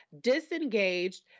disengaged